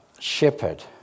shepherd